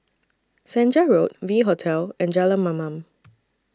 Senja Road V Hotel and Jalan Mamam